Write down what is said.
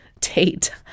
Tate